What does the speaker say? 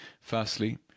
Firstly